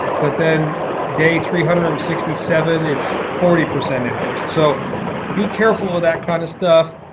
but then day three hundred and sixty seven it's forty percent interest. so be careful of that kind of stuff.